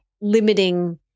limiting